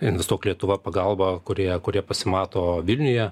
investuok lietuva pagalba kur jie kur jie pasimato vilniuje